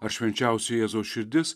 ar švenčiausioji jėzaus širdis